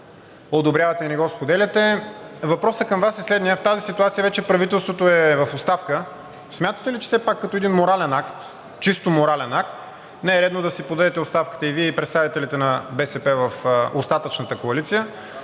Въпросът към Вас е следният: в тази ситуация правителството вече е в оставка, смятате ли, че все пак като един морален акт, чисто морален акт, не е редно да си подадете оставката и Вие, и представителите на БСП в остатъчната коалиция,